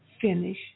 Finish